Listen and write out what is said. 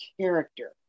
character